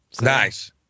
Nice